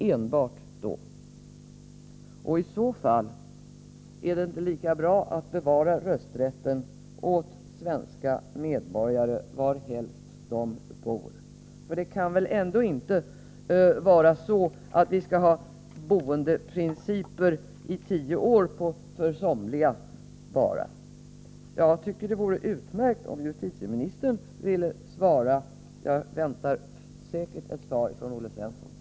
I så fall vore det bättre att bevara rösträtten för svenska medborgare varhelst de bor. Det kan väl inte vara så, att vi skall ha en boendeprincip — avseende tio år — bara för en del människor. Jag tycker att det vore utmärkt om justitieministern ville svara. Jag får säkert ett svar från Olle Svensson.